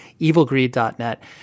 evilgreed.net